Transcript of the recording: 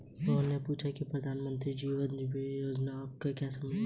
रोहन ने पूछा की प्रधानमंत्री जीवन ज्योति बीमा योजना से आप क्या समझते हैं?